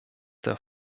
der